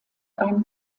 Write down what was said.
einen